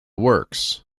works